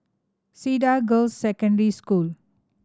Cedar Girls' Secondary School